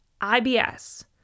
IBS